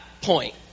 point